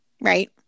Right